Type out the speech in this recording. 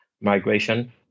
migration